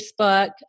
Facebook